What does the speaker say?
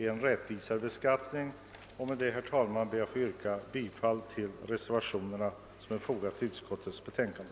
Med dessa ord ber jag att få yrka bifall till de reservationer som fogats till utskottets betänkande.